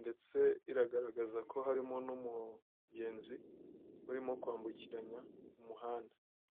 ndetse iragaragaza ko harimo n'umungenzi urimo kwambukiranya umuhanda.